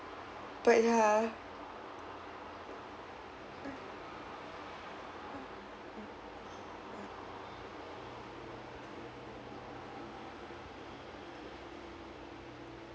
but yah